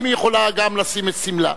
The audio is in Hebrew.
היא יכולה גם לשים את סמלה,